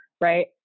right